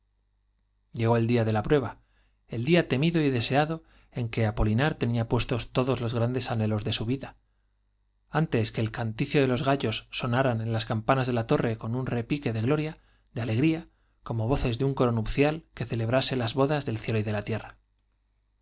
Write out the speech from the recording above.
llegó el día de la prueba el día temido y deseado los grandes en que apolinar tenía puestos todos anhelos de sú vida antes que el canticio de los gallos de sonaron las campanas de la torre con un repique gloria de alegría como voces de un coro nupcial que celebrase las bodas del cielo y de la tierra